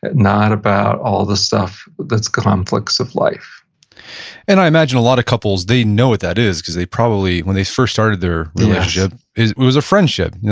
not about all the stuff that's conflicts of life and i imagine a lot of couples they know what that is, because they probably, when they first started their relationship it was a friendship. yeah